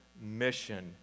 mission